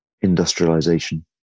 industrialization